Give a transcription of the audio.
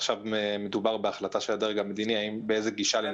עכשיו מדובר בהחלטה של הדרג המדיני באיזו גישה לנקוט,